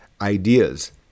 ideas